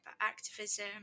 activism